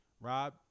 Rob